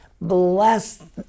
Bless